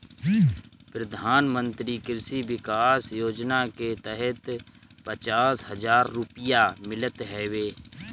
प्रधानमंत्री कृषि विकास योजना के तहत पचास हजार रुपिया मिलत हवे